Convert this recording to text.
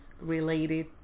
related